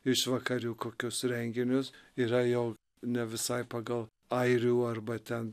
išvakarių kokius renginius yra jau ne visai pagal airių arba ten